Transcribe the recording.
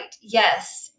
yes